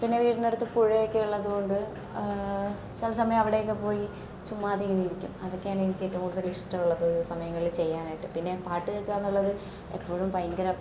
പിന്നെ വീടിൻ്റടുത്ത് പുഴയൊക്കെ ഉള്ളത് കൊണ്ട് ചില സമയം അവിടെയൊക്കെ പോയി ചുമ്മാതെ ഇങ്ങനെ ഇരിക്കും അതൊക്കെയാണ് എനിക്ക് ഏറ്റവും കൂടുതൽ ഇഷ്ടമുള്ളത് ഒഴിവ് സമയങ്ങളിൽ ചെയ്യാനായിട്ട് പിന്നെ പാട്ട് കേൾക്കാനുള്ളത് എപ്പോഴും ഭയങ്കര